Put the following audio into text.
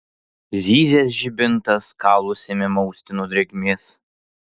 zyzė žibintas kaulus ėmė mausti nuo drėgmės